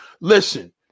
Listen